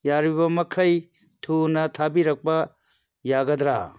ꯌꯥꯔꯤꯕ ꯃꯈꯩ ꯊꯨꯅ ꯊꯥꯕꯤꯔꯛꯄ ꯌꯥꯒꯗ꯭ꯔꯥ